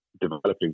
developing